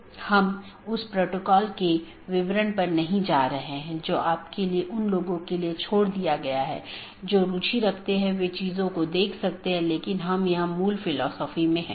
सत्र का उपयोग राउटिंग सूचनाओं के आदान प्रदान के लिए किया जाता है और पड़ोसी जीवित संदेश भेजकर सत्र की स्थिति की निगरानी करते हैं